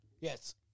Yes